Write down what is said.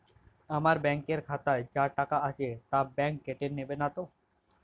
আমার ব্যাঙ্ক এর খাতায় যা টাকা আছে তা বাংক কেটে নেবে নাতো?